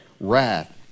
wrath